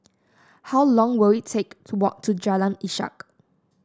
how long will it take to walk to Jalan Ishak